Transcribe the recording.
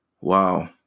Wow